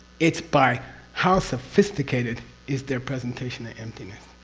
it's by how sophisticated is their presentation of emptiness.